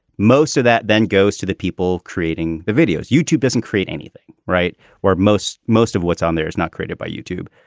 most of that then goes to the people creating the videos. youtube isn't create anything right where most most of what's on there is not created by youtube.